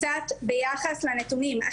קצת ביחס לנתונים,